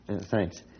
Thanks